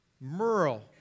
Merle